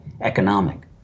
economic